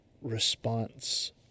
response